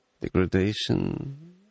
degradation